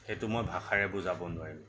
সেইটো মই ভাষাৰে বুজাব নোৱাৰিম